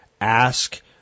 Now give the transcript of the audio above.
Ask